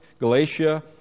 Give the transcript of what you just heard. Galatia